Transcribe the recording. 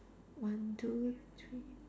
one two three